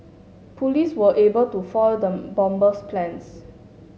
police were able to foil the bomber's plans